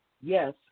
Yes